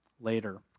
later